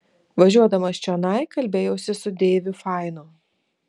važiuodamas čionai kalbėjausi su deiviu fainu